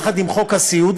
יחד עם חוק הסיעוד.